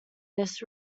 this